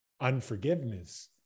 Unforgiveness